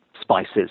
spices